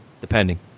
depending